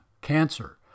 cancer